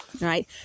right